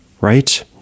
right